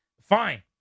Fine